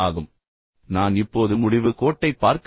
எனவே நான் இப்போது முடிவு கோட்டைப் பார்க்கவில்லை